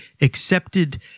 accepted